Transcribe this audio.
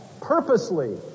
Purposely